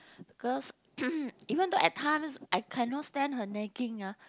because even though at times I cannot stand her nagging ah